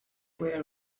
were